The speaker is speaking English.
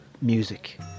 music